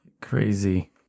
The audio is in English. crazy